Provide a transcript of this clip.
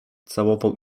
całował